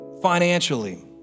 financially